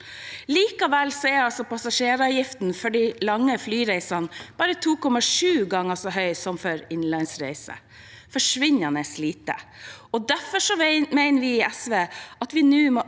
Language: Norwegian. Likevel er passasjeravgiften for de lange flyreisene bare 2,7 ganger så høy som for innenlandsreiser. Det er forsvinnende lite. Derfor mener vi i SV at vi nå må